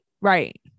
Right